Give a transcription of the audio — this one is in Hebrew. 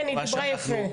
כן, היא דיברה יפה.